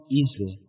easy